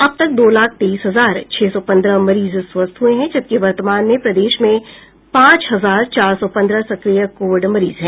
अब तक दो लाख तेईस हजार छह सौ पन्द्रह मरीज स्वस्थ हुए हैं जबकि वर्तमान में प्रदेश में पांच हजार चार सौ पन्द्रह सक्रिय कोविड मरीज हैं